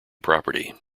property